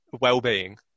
well-being